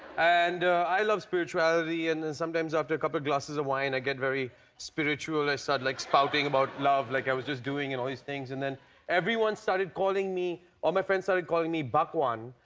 and i love spirituality, and sometimes after a couple of glasses of wine i get very spiritual. i start like spouting about love like i was just doing and all these things. and then everyone started calling me all my friends started calling me bhagwan,